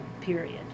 period